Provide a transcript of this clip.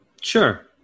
Sure